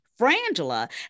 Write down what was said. Frangela